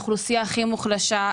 האוכלוסייה הכי מוחלשת,